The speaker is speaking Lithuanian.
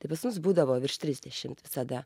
tai pas mus būdavo virš trisdešimt visada